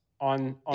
on